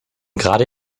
gerade